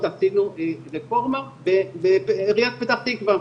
עשינו רפורמה בעיריית פתח תקווה,